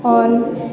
on